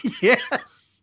Yes